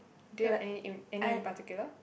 do you have any in any in particular